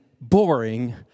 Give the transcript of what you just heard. boring